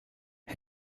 hij